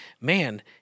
man